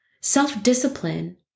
Self-discipline